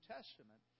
Testament